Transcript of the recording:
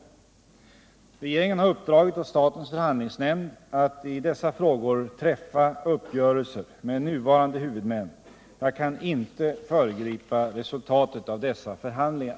Regeringen har uppdragit åt statens förhandlingsnämnd att i dessa frågor träffa uppgörelser med nuvarande huvudmän. Jag kan inte föregripa resultatet av dessa förhandlingar.